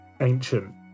ancient